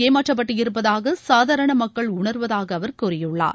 ஏமாற்றப்பட்டு இருப்பதாகசாதாரணமக்கள் தாங்கள் உணர்வதாகஅவர் கூறியுள்ளார்